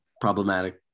Problematic